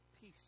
peace